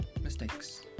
mistakes